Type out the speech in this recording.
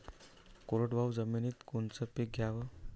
कोरडवाहू जमिनीत कोनचं पीक घ्याव?